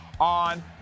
On